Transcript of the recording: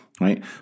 right